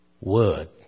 word